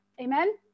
Amen